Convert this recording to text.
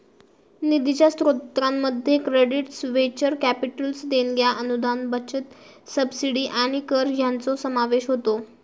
निधीच्या स्रोतांमध्ये credits, venture capital देणग्या, अनुदान, बचत, सबसिडी आणि कर हयांचो समावेश होता